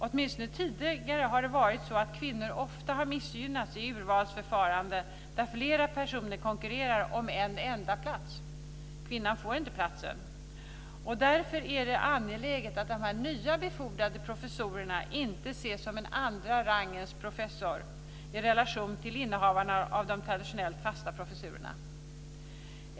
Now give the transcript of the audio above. Åtminstone tidigare har det varit så att kvinnor ofta har missgynnats i urvalsförfaranden där flera personer konkurrerar om en enda plats. Kvinnan får inte den platsen. Därför är det angeläget att de nya befordrade professorerna inte ses som en andra rangens professorer i relation till innehavarna av de traditionella fasta professorerna.